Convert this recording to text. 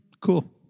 Cool